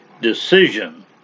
decision